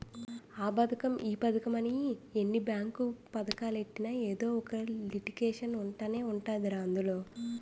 ఆ పదకం ఈ పదకమని ఎన్ని బేంకు పదకాలెట్టినా ఎదో ఒక లిటికేషన్ ఉంటనే ఉంటదిరా అందులో